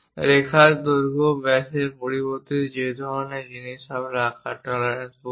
রেখার দৈর্ঘ্য ব্যাসের পরিপ্রেক্ষিতে যে ধরণের জিনিসকে আমরা আকার টলারেন্স বলি